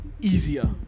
easier